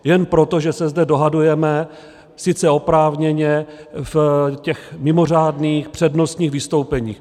Jen proto, že se zde dohadujeme, sice oprávněně, v těch mimořádných, přednostních vystoupeních.